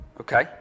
okay